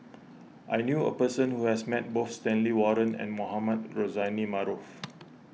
I knew a person who has met both Stanley Warren and Mohamed Rozani Maarof